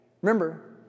Remember